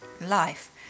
life